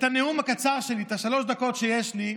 בנאום הקצר שלי, בשלוש הדקות שיש לי,